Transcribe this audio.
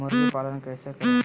मुर्गी पालन कैसे करें?